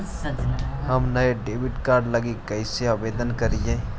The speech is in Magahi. हम नया डेबिट कार्ड लागी कईसे आवेदन करी?